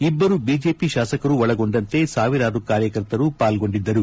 ಇಬ್ಬರು ಬಿಜೆಪಿ ಶಾಸಕರು ಒಳಗೊಂಡಂತೆ ಸಾವಿರಾರು ಕಾರ್ಯಕರ್ತರು ಪಾಲ್ಗೊಂಡಿದ್ದರು